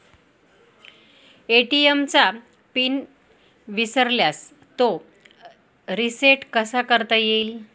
ATM चा PIN विसरल्यास तो रिसेट कसा करता येईल?